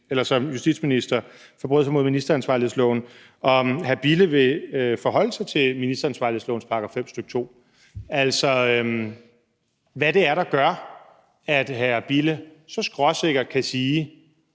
som justitsminister forbrød sig imod ministeransvarlighedsloven, vil jeg spørge, om hr. Bille vil forholde sig til ministeransvarlighedsloven § 5, stk. 2. Hvad er det, der gør, at hr. Bille så skråsikkert kan sige,